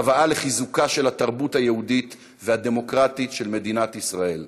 צוואה לחיזוקה של התרבות היהודית והדמוקרטית של מדינת ישראל.